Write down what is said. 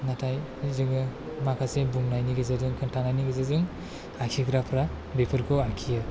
नाथाय जोङो माखासे बुंनायनि गेजेरजों खोन्थानायनि गेजेरजों आखिग्राफ्रा बेफोरखौ आखियो